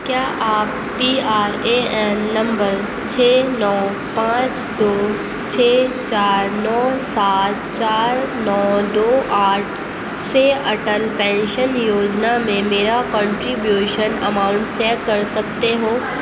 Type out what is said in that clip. کیا آپ P R A N number چھ نو پانچ دو چھ چار نو سات چار نو دو آٹھ سے اٹل پینشن یوجنا میں میرا کونٹریبیوشن اماؤنٹ چیک کر سکتے ہو